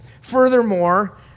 Furthermore